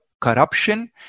corruption